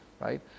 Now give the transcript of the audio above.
right